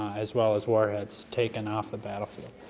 as well as warheads, taken off the battlefield.